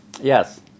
Yes